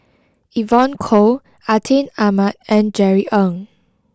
Evon Kow Atin Amat and Jerry Ng